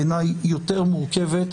בעיני יותר מורכבת,